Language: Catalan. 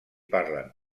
parlen